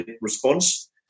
response